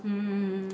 mm mm mm mm mm